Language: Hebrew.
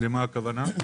למה הכוונה?